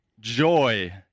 Joy